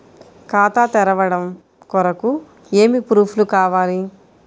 ఖాతా తెరవడం కొరకు ఏమి ప్రూఫ్లు కావాలి?